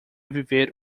viver